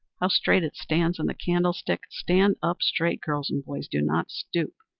how straight it stands in the candlestick! stand up straight, girls and boys. do not stoop.